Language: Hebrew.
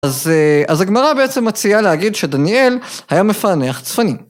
אז הגמרא בעצם מציעה להגיד שדניאל היה מפענח צפנים.